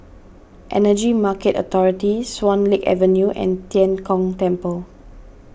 Energy Market Authority Swan Lake Avenue and Tian Kong Temple